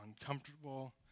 uncomfortable